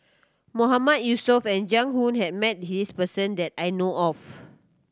Mahmood Yusof and Jiang Hu has met this person that I know of